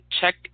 check